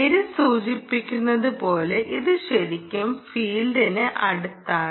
പേര് സൂചിപ്പിക്കുന്നത് പോലെ ഇത് ശരിക്കും ഫീൽഡിന് അടുത്താണ്